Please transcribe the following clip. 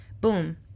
Boom